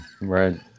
Right